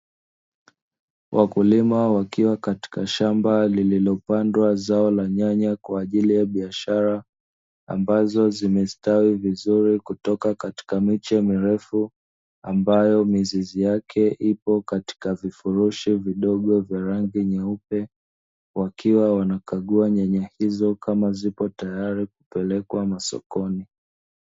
Wakulima wakiwa katika shamba lililopandwa zao la nyanya kwa ajili ya biashara, ambazo zimestawi vizuri kutoka katika miche mirefu, ambayo miziz yake ipo katika vifurushi vidogo vyeupe, wakiwa wanakagua nyanya hizo kama zipo tayari kupelekwa masokoni.